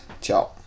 Ciao